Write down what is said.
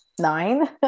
nine